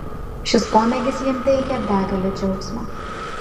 šis pomėgis jam teikia begalę džiaugsmo